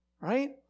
Right